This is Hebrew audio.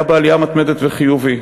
היה בעלייה מתמדת וחיובי.